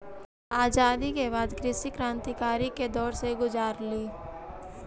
आज़ादी के बाद कृषि क्रन्तिकारी के दौर से गुज़ारलई